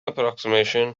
approximation